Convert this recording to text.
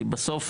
כי בסוף,